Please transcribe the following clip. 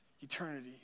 eternity